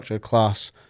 class